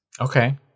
Okay